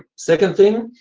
second thing,